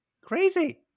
crazy